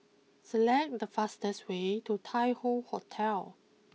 select the fastest way to Tai Hoe Hotel